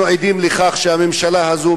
אנחנו עדים לכך שהממשלה הזאת,